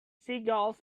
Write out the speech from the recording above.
seagulls